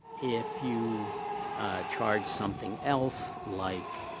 if you charge something else like